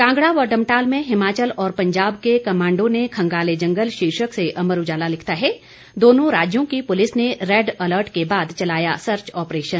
कांगड़ा व डमटाल में हिमाचल और पंजाब के कमांडो ने खंगाले जंगल शीर्षक से अमर उजाला लिखता है दोनों राज्यों की पुलिस ने रेड अलर्ट के बाद चलाया सर्च ऑपरेशन